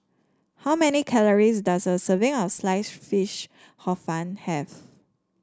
how many calories does a serving of Sliced Fish Hor Fun have